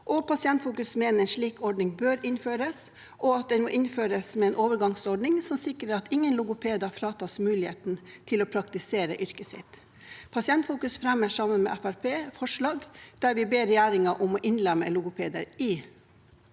Pasientfokus mener at en slik ordning bør innføres, og at den må innføres med en overgangsordning som sikrer at ingen logopeder fratas muligheten til å praktisere yrket sitt. Pasientfokus fremmer, sammen med Fremskrittspartiet, et forslag der vi ber regjeringen om å innlemme logopeder i